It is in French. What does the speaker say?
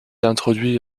introduit